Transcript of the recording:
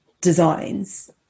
designs